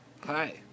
hi